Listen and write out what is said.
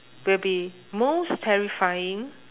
will be most terrifying